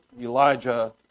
Elijah